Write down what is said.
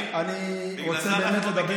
אני באמת רוצה לדבר